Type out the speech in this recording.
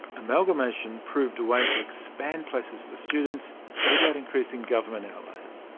amalgamation proved a way to expand places for students without increasing government outlays.